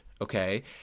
okay